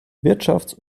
wirtschafts